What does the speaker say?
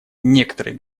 некоторые